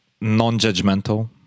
non-judgmental